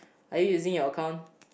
are you using your account